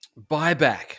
buyback